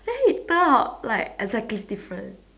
then it turn out like exactly different